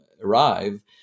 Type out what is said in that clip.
arrive